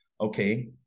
Okay